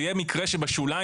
זה יהיה מקרה שבשוליים,